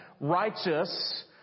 righteous